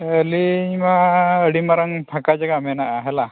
ᱟᱹᱞᱤᱧ ᱢᱟ ᱟᱹᱰᱤ ᱢᱟᱨᱟᱝ ᱯᱷᱟᱠᱟ ᱡᱟᱭᱜᱟ ᱢᱮᱱᱟᱜᱼᱟ ᱦᱮᱞᱟ